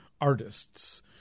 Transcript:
artists